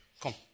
Come